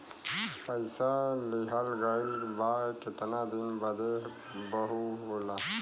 पइसा लिहल गइल बा केतना दिन बदे वहू होला